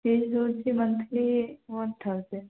fees ହେଉଛି monthly one thousand